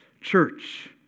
church